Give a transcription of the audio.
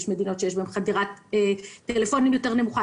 יש מדינות שיש בהן חדירת טלפונים יותר נמוכה,